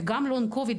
וגם לונג קוביד.